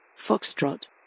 Foxtrot